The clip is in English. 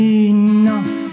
enough